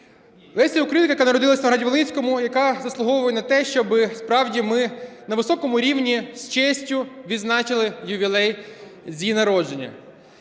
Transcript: Леся Українка, яка народилася в Новограді-Волинському, яка заслуговує на те, щоб справді ми на високому рівні з честю відзначили ювілей з її народження.